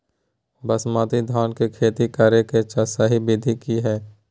बासमती धान के खेती करेगा सही विधि की हय?